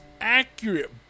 accurate